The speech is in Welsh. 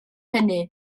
hynny